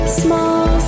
small